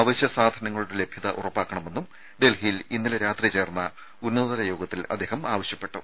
അവശ്യ സാധനങ്ങളുടെ ലഭ്യത ഉറപ്പാക്കണമെന്നും ഡൽഹിയിൽ ഇന്നലെ ചേർന്ന ഉന്നതതല യോഗത്തിൽ അദ്ദേഹം ആവശ്യപ്പെട്ടു